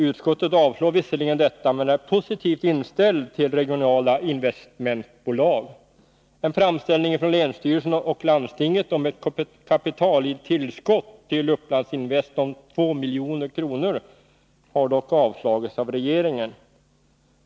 Utskottet avstyrker visserligen detta men är positivt inställt till regionala investmentbolag. En framställning från länsstyrelsen och landstinget om ett kapitaltillskott till Upplandsinvest om 2 milj.kr. har dock avslagits av regeringen.